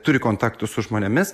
turi kontaktų su žmonėmis